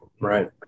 Right